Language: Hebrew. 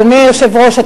אדוני היושב-ראש,